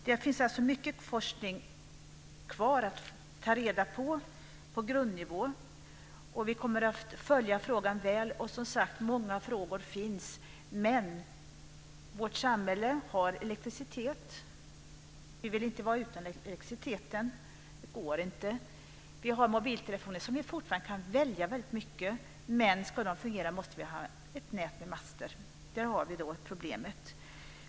Det finns alltså mycket forskning på grundnivå kvar att göra. Vi kommer att följa frågan väl. Det finns många frågor, men vårt samhälle har elektricitet. Vi vill inte vara utan elektriciteten. Det går inte. Vi har mobiltelefoner. Vi kan fortfarande välja om vi vill använda dem, men ska de fungera måste vi ha ett nät med master. Där har vi problemet.